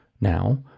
now